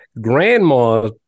grandma